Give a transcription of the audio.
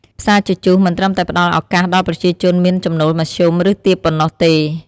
ផ្សារជជុះមិនត្រឹមតែផ្ដល់ឱកាសដល់ប្រជាជនមានចំណូលមធ្យម ឬទាបប៉ុណ្ណោះទេ។